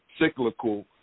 cyclical